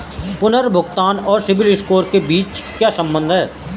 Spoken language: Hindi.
पुनर्भुगतान और सिबिल स्कोर के बीच क्या संबंध है?